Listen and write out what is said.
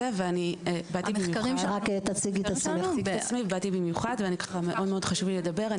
באתי במיוחד ומאוד מאוד חשוב לי לדבר.